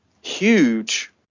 huge